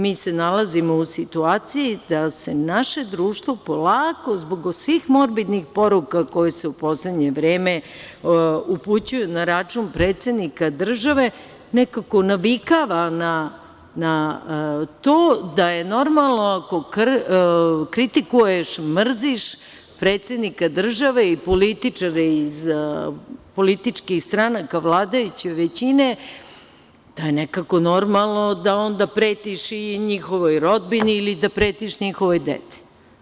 Mi se nalazimo u situaciji da se naše društvo polako zbog svih morbidnih poruka koje se u poslednje vreme upućuju na račun predsednika države, nekako navikava na to da je normalno ako kritikuješ, mrziš predsednika države i političare iz političkih stranaka vladajuće većine, da je nekako normalno da onda pretiš i njihovoj rodbini ili da pretiš njihovoj deci.